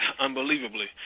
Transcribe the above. unbelievably